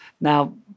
Now